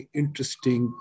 interesting